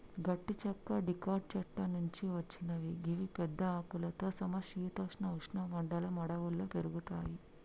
గట్టి చెక్క డికాట్ చెట్ల నుంచి వచ్చినవి గివి పెద్ద ఆకులతో సమ శీతోష్ణ ఉష్ణ మండల అడవుల్లో పెరుగుతయి